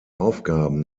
aufgaben